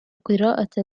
قراءة